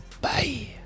Bye